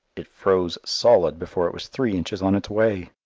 it froze solid before it was three inches on its way!